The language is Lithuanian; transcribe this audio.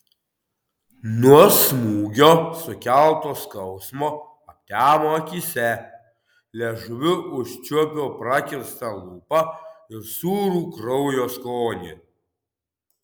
nuo smūgio sukelto skausmo aptemo akyse liežuviu užčiuopiau prakirstą lūpą ir sūrų kraujo skonį